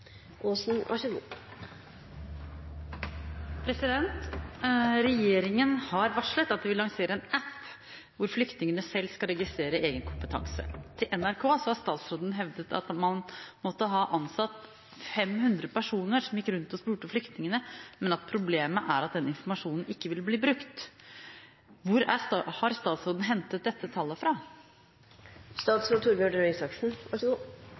NRK har statsråden hevdet at man måtte ha «ansatt 500 personer som gikk rundt og spurte flyktningene, men at problemet er at den informasjonen ikke ville blitt brukt». Hvor har statsråden hentet dette tallet fra?» Det første spørsmålet jeg stilte meg, var: Hvor har representanten Marianne Aasen hentet dette tallet